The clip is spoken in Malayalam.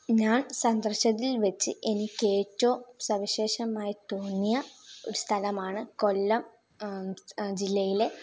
ഞാൻ സന്ദർശിച്ചതിൽ വച്ച് എനിക്ക് ഏറ്റവും സവിശേഷമായി തോന്നിയ ഒരു സ്ഥലമാണ് കൊല്ലം ജില്ലയിലെ